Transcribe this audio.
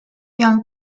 young